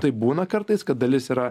tai būna kartais kad dalis yra